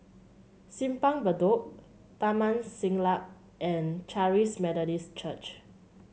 Simpang Bedok Taman Siglap and Charis Methodist Church